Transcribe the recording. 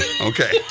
okay